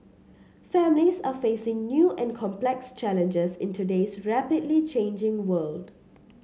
families are facing new and complex challenges in today's rapidly changing world